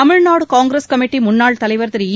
Tamil Nadu congress committee முன்னாள் தலைவர் திரு ஈ